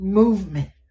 movement